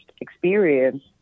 experience